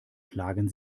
plagen